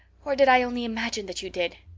or did i only imagine that you did?